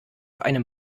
einem